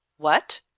what!